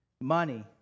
money